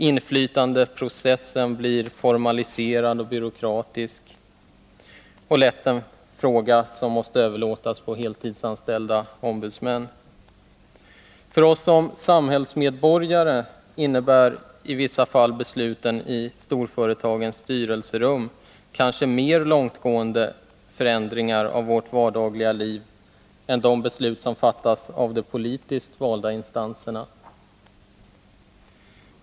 Inflytandeprocessen blir formaliserad och byråkratisk och lätt en fråga som måste överlåtas på heltidsanställda ombudsmän. För oss som samhällsmedborgare innebär i vissa fall besluten i storföretagens styrelserum kanske mer långtgående förändringar av vårt dagliga liv än de beslut som fattas av de politiskt valda instanserna.